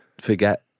forget